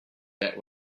that